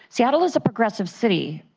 seattle is a progressive city,